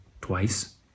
twice